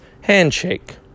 handshake